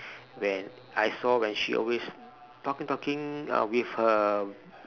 when I saw when she always talking talking uh with her